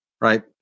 right